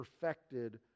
perfected